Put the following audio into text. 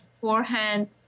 forehand